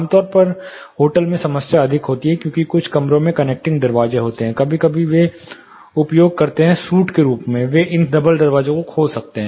आमतौर पर होटल में समस्या अधिक होती है क्योंकि कुछ कमरों में कनेक्टिंग दरवाजे होते हैं कभी कभी वे उपयोग करते हैं सूट के रूप में वे इन डबल दरवाजों को खोल सकते हैं